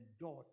dot